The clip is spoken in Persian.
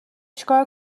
چیکار